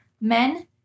Men